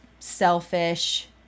selfish